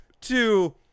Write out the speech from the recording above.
Two